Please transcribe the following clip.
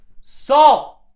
Salt